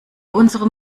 unserem